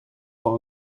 voor